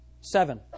seven